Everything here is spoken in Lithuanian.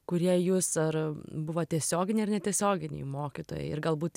kurie jus ar buvo tiesioginiai ar netiesioginiai mokytojai ir galbūt